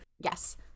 Yes